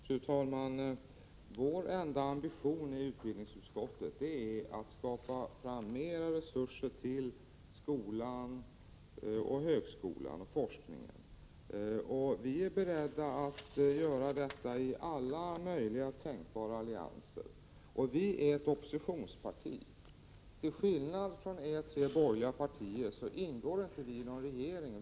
Fru talman! Vår enda ambition i utbildningsutskottet är att skapa mer resurser till skolan, högskolan och forskningen. Vi är beredda att göra det i alla möjliga tänkbara allianser. Och vi är ett oppositionsparti. Till skillnad från er tre borgerliga partier ingår inte vi i något regeringsalternativ.